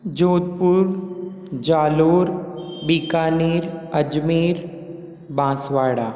Jodhpur Jalore Bikaner Ajmer Banswara